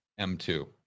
M2